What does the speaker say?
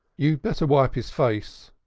you'd better wipe his face,